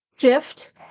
shift